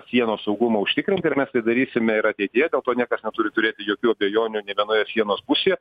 sienos saugumo užtikrinti ir mes tai darysime ir ateityje dėl to niekas neturi turėti jokių abejonių nė vienoje sienos pusėje